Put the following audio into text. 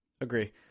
Agree